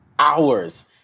hours